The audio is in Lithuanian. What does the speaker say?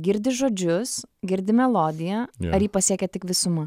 girdi žodžius girdi melodiją ar jį pasiekia tik visuma